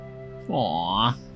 Aww